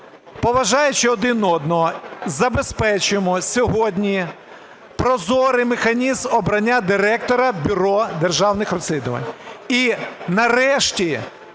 поважаючи один одного, забезпечимо сьогодні прозорий механізм обрання Директора бюро державних розслідувань, і нарешті